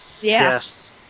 Yes